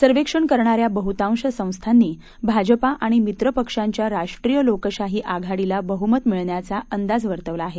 सर्वेक्षण करणाऱ्या बहुतांश संस्थांनी भाजपा आणि मित्रपक्षांच्या राष्ट्रीय लोकशाही आघाडीला बहुमत मिळण्याचा अंदाज वर्तवला आहे